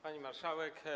Pani Marszałek!